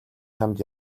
чамд